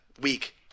week